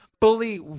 Bully